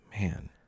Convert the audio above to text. Man